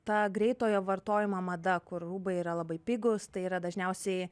ta greitojo vartojimo mada kur rūbai yra labai pigūs tai yra dažniausiai